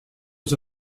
was